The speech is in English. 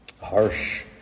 harsh